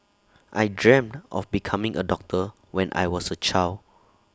I dreamt of becoming A doctor when I was A child